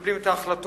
שמקבלים את ההחלטות: